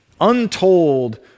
untold